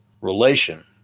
relation